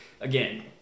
again